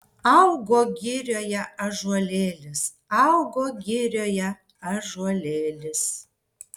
augo girioje ąžuolėlis augo girioje ąžuolėlis